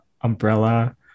Umbrella